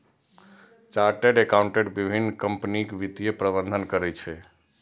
chartered accountant विभिन्न कंपनीक वित्तीय प्रबंधन करै छै